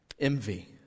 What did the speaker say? Envy